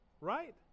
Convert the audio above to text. Right